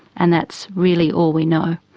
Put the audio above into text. and that's really all we know.